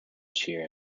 cheer